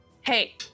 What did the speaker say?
Hey